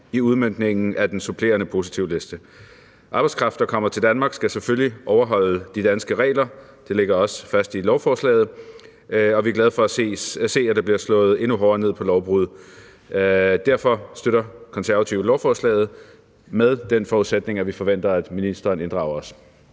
i udmøntningen af den supplerende positivliste. Arbejdskraft, der kommer til Danmark, skal selvfølgelig overholde de danske regler. Det ligger også fast i lovforslaget, og vi er glade for at se, at der bliver slået endnu hårdere ned på lovbrud. Derfor støtter Konservative lovforslaget, og vi forventer, at ministeren inddrager os.